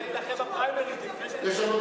היא צריכה להיבחר בפריימריס לפני שהיא,